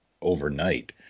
overnight